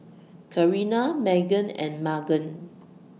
Carina Meghann and Magan